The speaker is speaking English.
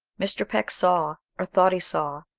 mr. peck saw, or thought he saw,